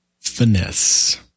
finesse